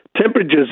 temperatures